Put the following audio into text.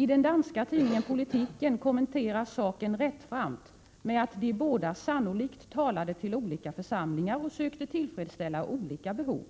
I den danska tidningen Politiken kommenteras saken rättframt med att de båda sannolikt talade till olika församlingar och sökte tillfredsställa olika behov.